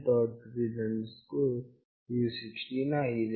read u16 ಆಗಿದೆ